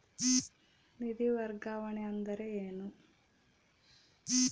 ನಿಧಿ ವರ್ಗಾವಣೆ ಅಂದರೆ ಏನು?